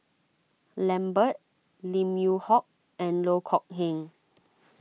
Lambert Lim Yew Hock and Loh Kok Heng